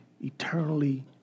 eternally